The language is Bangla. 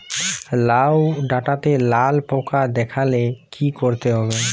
লাউ ডাটাতে লাল পোকা দেখালে কি করতে হবে?